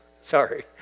Sorry